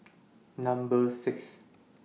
Number six